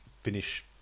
finish